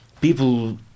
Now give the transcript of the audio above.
people